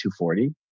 240